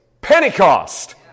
Pentecost